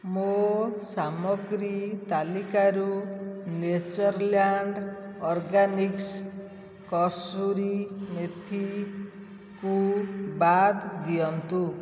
ମୋ ସାମଗ୍ରୀ ତାଲିକାରୁ ନେଚର୍ଲ୍ୟାଣ୍ଡ୍ ଅର୍ଗାନିକ୍ସ୍ କସୁରୀ ମେଥି କୁ ବାଦ୍ ଦିଅନ୍ତୁ